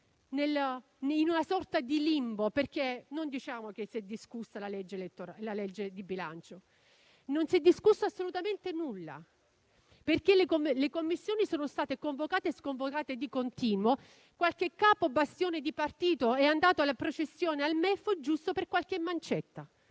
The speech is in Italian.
in una sorta di limbo, perché non diciamo che il disegno di legge di bilancio è stato discusso. Non si è discusso assolutamente nulla: le sedute della 5a Commissione sono state convocate e sconvocate di continuo e qualche capo bastione di partito è andato in processione al MEF giusto per qualche mancetta,